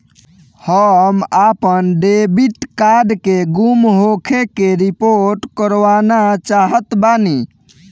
हम आपन debit card के गुम होखे के रिपोर्ट करवाना चाहत बानी